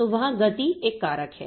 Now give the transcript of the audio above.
तो वहाँ गति एक कारक है